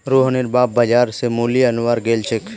रोहनेर बाप बाजार स मूली अनवार गेल छेक